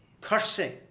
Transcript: cursing